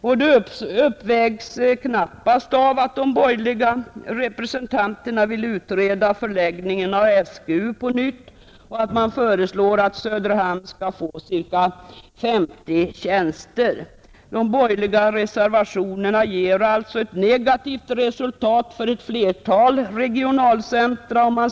Och det uppvägs knappast av att de borgerliga representanterna vill utreda förläggningen av SGU på nytt och av att man föreslår att Söderhamn skall få ca 50 tjänster. De borgerliga reservationerna ger sammantagna ett negativt resultat för ett flertal regionalcentra.